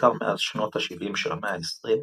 בעיקר מאז שנות השבעים של המאה העשרים,